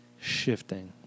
shifting